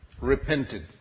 repented